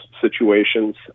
situations